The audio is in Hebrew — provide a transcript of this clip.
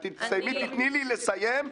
את תיתני לי לסיים,